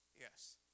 Yes